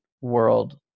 world